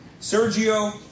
Sergio